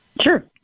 Sure